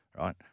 right